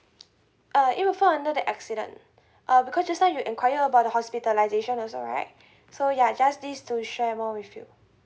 uh it will fall under the accident uh because just now you enquire about the hospitalisation also right so ya just this to share more with you